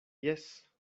jes